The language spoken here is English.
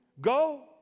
Go